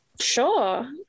Sure